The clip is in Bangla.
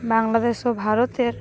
বাংলাদেশ ও ভারতের